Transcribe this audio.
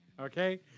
okay